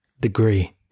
degree